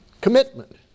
Commitment